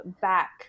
back